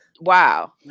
wow